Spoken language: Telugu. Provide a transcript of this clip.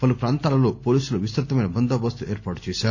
పలు పాంతాలలో పోలీసులు విస్తృతమైన బందోబస్తు ఏర్పాట్లు చేశారు